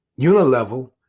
Unilevel